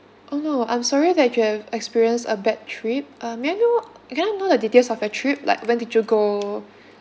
oh no I'm sorry that you have experienced a bad trip uh may I know can I know the details of your trip like when did you go